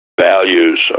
values